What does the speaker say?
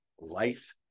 life